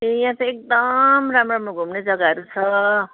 ए यहाँ त एकदम राम्रो राम्रो घुम्ने जग्गाहरू छ